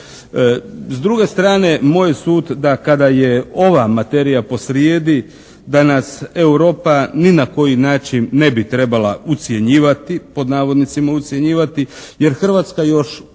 S druge strane moj je sud da kada je ova materija posrijedi da nas Europa ni na koji način ne bi trebala ucjenjivati, pod navodnicima ucjenjivati, jer Hrvatska još kao